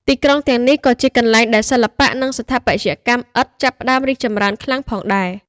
ទីក្រុងទាំងនេះក៏ជាកន្លែងដែលសិល្បៈ និងស្ថាបត្យកម្មឥដ្ឋចាប់ផ្តើមរីកចម្រើនខ្លាំងផងដែរ។